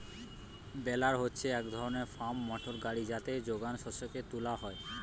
বেলার হচ্ছে এক ধরণের ফার্ম মোটর গাড়ি যাতে যোগান শস্যকে তুলা হয়